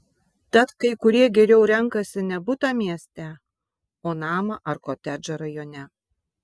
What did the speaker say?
tad kai kurie geriau renkasi ne butą mieste o namą ar kotedžą rajone